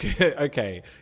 Okay